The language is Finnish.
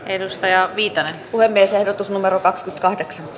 pia viitanen puhemies ehdotus numero kaksi kahdeksan